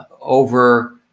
over